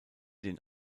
den